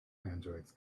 androids